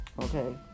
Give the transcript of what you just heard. Okay